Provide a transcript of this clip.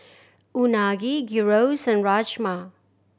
Unagi Gyros and Rajma